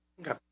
okay